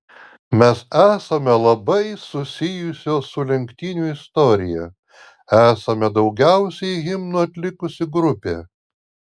mes esame labai susijusios su lenktynių istorija esame daugiausiai himnų atlikusi grupė